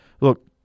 look